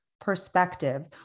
perspective